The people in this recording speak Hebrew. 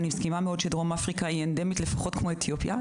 ואני מסכימה שדרום אפריקה אנדמית לפחות כמו אתיופיה,